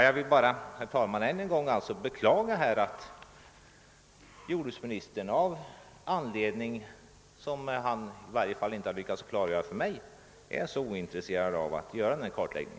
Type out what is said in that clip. Jag vill bara, herr talman, än en gång beklaga, att jordbruksministern av anledning som han i varje fall inte har lyckats klargöra för mig är så ointresserad av att göra denna kartläggning.